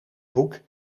boek